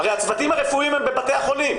הרי הצוותים הרפואיים הם בבתי החולים.